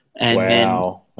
Wow